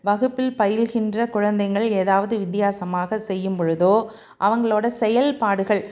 வகுப்பில் பயில்கின்ற குழந்தைங்கள் ஏதாவது வித்தியாசமாக செய்யும்பொழுதோ அவங்களோட செயல்பாடுகள்